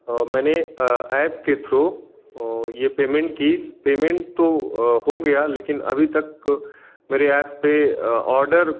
मैंने एप के थ्रू ये पेमेंट की पेमेंट तो हो गया लेकिन अभी तक मेरे एप पे ऑर्डर